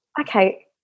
Okay